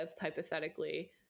hypothetically